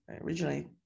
originally